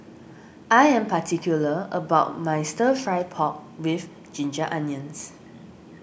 I am particular about my Stir Fry Pork with Ginger Onions